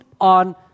on